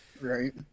Right